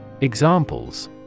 Examples